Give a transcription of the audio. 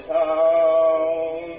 town